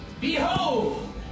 Behold